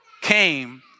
came